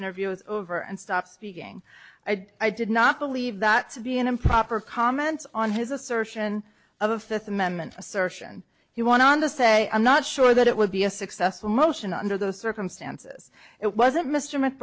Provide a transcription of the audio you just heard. interview was over and stop speaking i did not believe that to be an improper comments on his assertion of the fifth amendment assertion he won on the say i'm not sure that it would be a successful motion under those circumstances it wasn't mr m